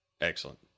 Excellent